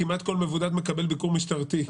כמעט מבודד מקבל ביקור משטרתי.